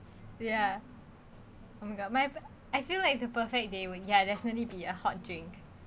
ya oh my god my perfect I feel like the perfect day when ya definitely be a hot drink